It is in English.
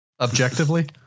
objectively